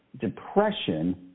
depression